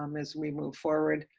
um as we move forward.